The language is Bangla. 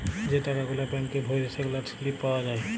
যে টাকা গুলা ব্যাংকে ভ্যইরে সেগলার সিলিপ পাউয়া যায়